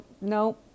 no